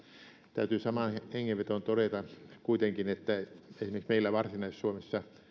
täytyy samaan hengenvetoon todeta kuitenkin että esimerkiksi meillä varsinais suomessa